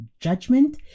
Judgment